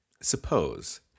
suppose